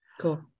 Cool